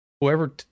whoever